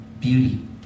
Beauty